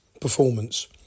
performance